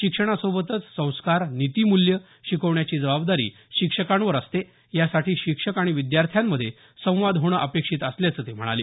शिक्षणासोबतच संस्कार नीतिमूल्ये शिकवण्याची जबाबदारी शिक्षकांवर असते यासाठी शिक्षक आणि विद्यार्थ्यांमध्ये संवाद होणं अपेक्षित असल्याचं ते म्हणाले